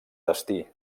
destí